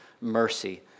mercy